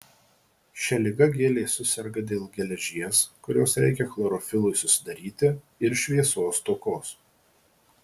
šia liga gėlės suserga dėl geležies kurios reikia chlorofilui susidaryti ir šviesos stokos